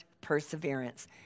perseverance